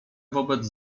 wobec